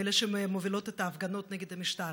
הן אלה שמובילות את ההפגנות נגד המשטר.